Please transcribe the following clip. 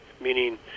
meaning